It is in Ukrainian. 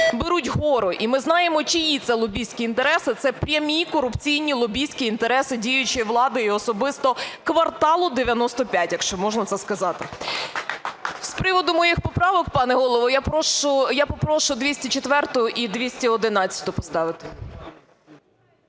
беруть гору і ми знаємо, чиї це лобістські інтереси. Це прямі корупційні лобістські інтереси діючої влади і особисто Кварталу 95, якщо можна це сказати. З приводу моїх поправок, пане Голово, я попрошу 204-у і 211-у поставити.